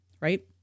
right